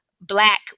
Black